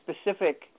specific